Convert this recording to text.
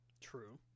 True